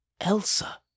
Elsa